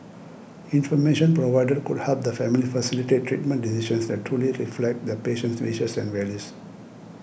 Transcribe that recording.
information provided could help the family facilitate treatment decisions that truly reflect the patient's wishes and values